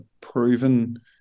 proven